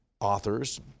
authors